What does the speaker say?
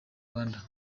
rwanda